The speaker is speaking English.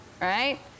right